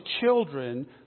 children